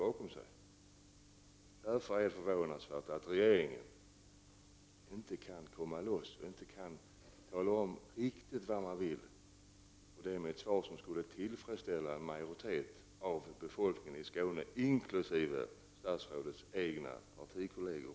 Därför är det förvånansvärt att regeringen inte kan så att säga komma loss och tala om vad den egentligen vill — alltså ge ett svar som skulle tillfredsställa en majoritet av befolkningen i Skåne, inkl. statsrådets partikolleger.